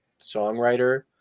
songwriter